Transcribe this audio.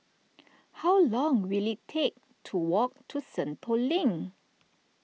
how long will it take to walk to Sentul Link